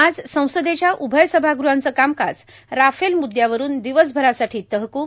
आज संसदेच्या उभय सभाग़हांच कामकाज राफेल मुदयावरून दिवसभरासाठी तहकुब